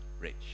rich